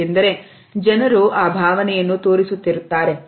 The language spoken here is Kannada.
ಏಕೆಂದರೆ ಜನರು ಆ ಭಾವನೆಯನ್ನು ತೋರಿಸುತ್ತಿರುತ್ತಾರೆ